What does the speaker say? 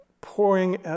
pouring